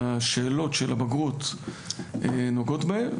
השאלות של הבגרות נוגעות בהם,